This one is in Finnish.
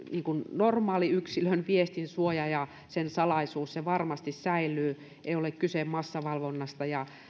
normaalin yksilön viestin suoja ja sen salaisuus varmasti säilyy ei ole kyse massavalvonnasta